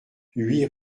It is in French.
huit